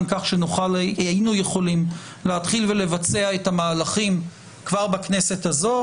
כך שהיינו יכולים להתחיל לבצע את המהלכים כבר בכנסת הזאת.